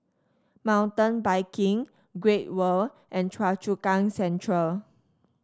Mountain Biking Great World and Choa Chu Kang Central